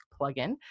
plugin